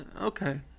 okay